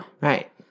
Right